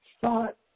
Thought